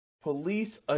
Police